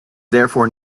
therefore